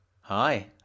Hi